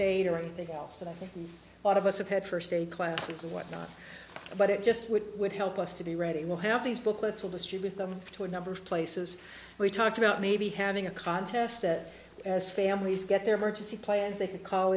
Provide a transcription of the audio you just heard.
date or anything else and i think a lot of us appeared first day classes and whatnot but it just would would help us to be ready we'll have these booklets will distribute them to a number of places we talked about maybe having a contest that as families get their purchase the plans they could call